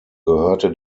gehörte